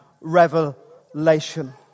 revelation